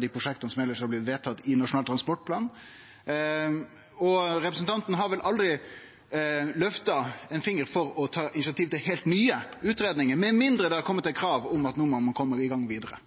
dei prosjekta som elles har blitt vedtatt i samband med Nasjonal transportplan. Representanten Myrli har vel aldri løfta ein finger for å ta initiativ til heilt nye utgreiingar, med mindre det har kome krav om at ein må kome seg vidare.